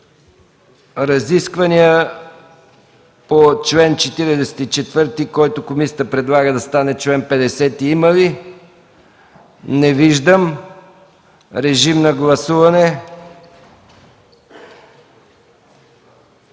Разисквания по чл. 44, който комисията предлага да стане чл. 50, има ли? Не виждам. Моля, режим на гласуване.